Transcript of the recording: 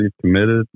committed